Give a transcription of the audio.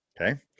Okay